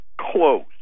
close